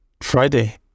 Friday